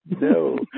No